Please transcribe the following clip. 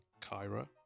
Kyra